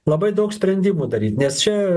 labai daug sprendimų daryt nes čia